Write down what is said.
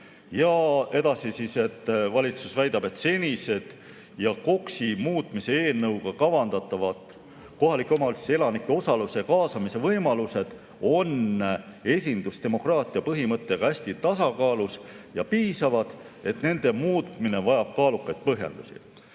Edasi, valitsus väidab, et senised ja KOKS-i muutmise eelnõuga kavandatavad kohalike omavalitsuste elanike osaluse ja kaasamise võimalused on esindusdemokraatia põhimõttega hästi tasakaalus ja piisavad ning nende muutmine vajab kaalukaid põhjendusi.